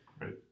Right